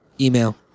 email